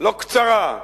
לא קצרה,